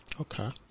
Okay